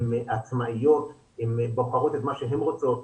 הן עצמאיות, הן בוחרות את מה שהן רוצות.